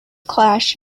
clashed